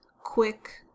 quick